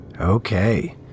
Okay